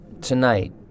Tonight